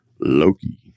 Loki